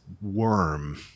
worm